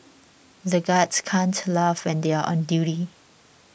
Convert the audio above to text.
the guards can't laugh when they are on duty